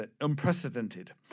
unprecedented